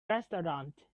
restaurant